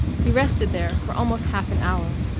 he rested there for almost half an hour,